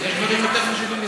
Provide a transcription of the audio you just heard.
אז מה אם אנחנו בעד?